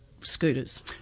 scooters